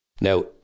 Now